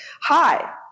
Hi